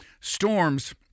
Storms